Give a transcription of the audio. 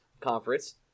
Conference